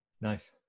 Nice